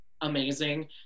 amazing